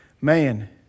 man